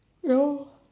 no